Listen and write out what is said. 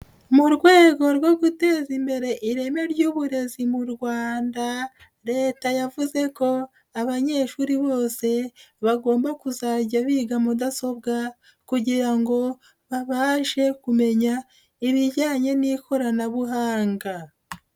Mu rwego rwo guteza imbere ireme ry'uburezi mu Rwanda Leta yavuze ko abanyeshuri bose bagomba kuzajya biga mudasobwa kugira ngo babashe kumenya ibijyanye n'ikoranabuhanga.